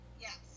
Yes